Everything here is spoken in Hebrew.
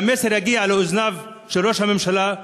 שהמסר יגיע לאוזניו של ראש הממשלה,